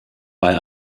bei